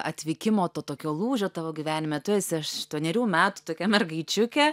atvykimo to tokio lūžio tavo gyvenime tu esi aštuonerių metų tokia mergaičiukė